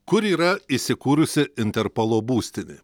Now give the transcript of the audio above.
kur yra įsikūrusi interpolo būstinė